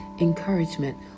encouragement